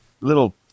little